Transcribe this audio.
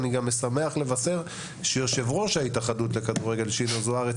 אני גם שמח לבשר שיושב-ראש ההתאחדות לכדורגל שמעון זוארץ